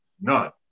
none